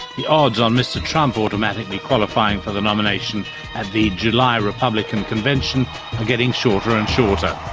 the odds on mr trump automatically qualifying for the nomination at the july republican convention are getting shorter and shorter.